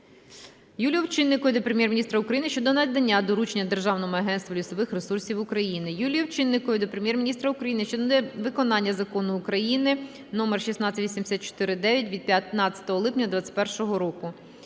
Юлії Овчинникової до Прем'єр-міністра України щодо надання доручення Державному агентству лісових ресурсів України. Юлії Овчинникової до Прем'єр-міністра України щодо виконання Закону України № 1684-IX від 15 липня 2021 року.